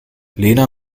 lena